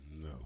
No